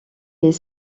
est